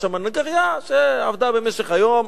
יש שם נגרייה שעבדה במשך היום,